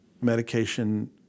medication